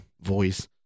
voice